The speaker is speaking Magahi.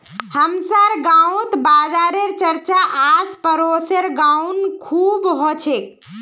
हमसार गांउत बाजारेर चर्चा आस पासेर गाउत खूब ह छेक